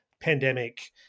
Pandemic